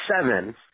seven –